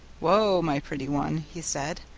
whoa! my pretty one he said,